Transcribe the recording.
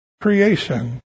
creation